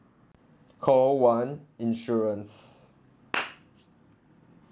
call one insurance